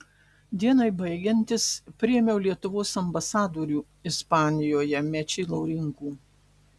dienai baigiantis priėmiau lietuvos ambasadorių ispanijoje mečį laurinkų